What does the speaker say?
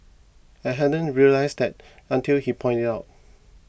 I hadn't realised that until he pointed it out